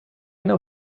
know